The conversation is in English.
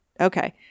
Okay